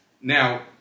Now